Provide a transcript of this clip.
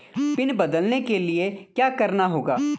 Pin बदलने के लिए क्या करना होगा?